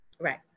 Right